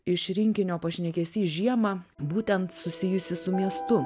iš rinkinio pašnekesys žiemą būtent susijusį su miestu